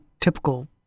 Typical